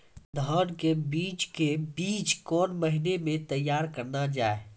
धान के बीज के बीच कौन महीना मैं तैयार करना जाए?